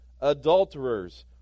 adulterers